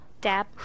dab